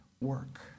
work